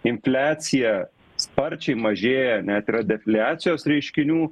infliacija sparčiai mažėja net yra defliacijos reiškinių